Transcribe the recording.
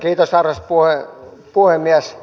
kiitos arvoisa puhemies